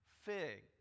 fig